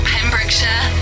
Pembrokeshire